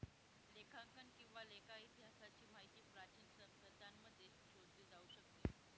लेखांकन किंवा लेखा इतिहासाची माहिती प्राचीन सभ्यतांमध्ये शोधली जाऊ शकते